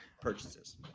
purchases